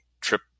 trip